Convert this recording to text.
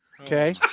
Okay